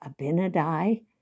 Abinadi